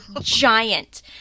giant